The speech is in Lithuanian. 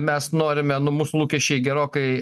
mes norime nu mūsų lūkesčiai gerokai